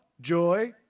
joy